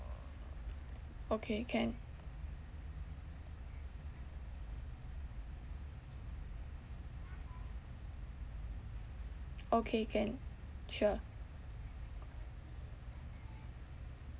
okay can okay can sure